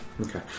Okay